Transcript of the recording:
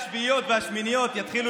אני חושב שהשביעיות והשמיניות יתחילו